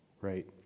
right